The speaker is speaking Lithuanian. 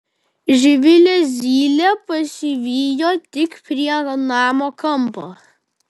živilę zylė pasivijo tik prie namo kampo